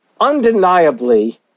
Undeniably